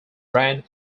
brand